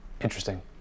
Interesting